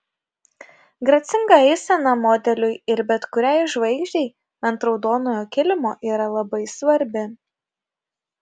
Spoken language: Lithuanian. gracinga eisena modeliui ir bet kuriai žvaigždei ant raudonojo kilimo yra labai svarbi